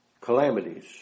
calamities